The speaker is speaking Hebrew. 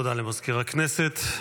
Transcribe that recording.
תודה למזכיר הכנסת.